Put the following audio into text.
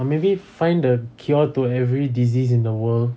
or maybe find the cure to every disease in the world